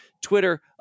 Twitter